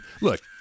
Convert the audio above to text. look